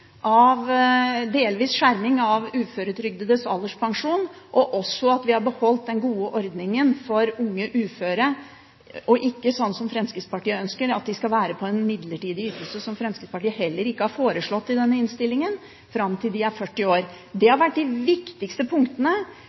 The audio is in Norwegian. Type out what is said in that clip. av uføretrygdedes alderspensjon, at vi har beholdt den gode ordningen for unge uføre, og ikke, som Fremskrittspartiet ønsker, at de skal være på en midlertidig ytelse, som Fremskrittspartiet heller ikke har foreslått i denne innstillingen, fram til de er 40 år. Dette har vært de viktigste punktene.